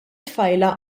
tfajla